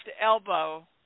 elbow